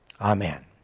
Amen